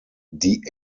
die